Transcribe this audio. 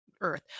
earth